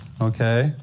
okay